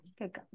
good